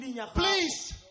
Please